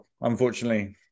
Unfortunately